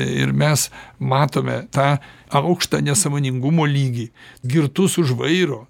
ir mes matome tą aukštą nesąmoningumo lygį girtus už vairo